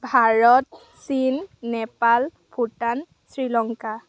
ভাৰত চীন নেপাল ভূটান শ্ৰীলংকা